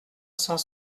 cent